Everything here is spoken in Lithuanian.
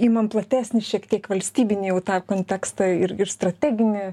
imam platesnį šiek tiek valstybinį jau tą kontekstą ir ir strateginį